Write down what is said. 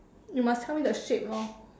you must tell me the shape lor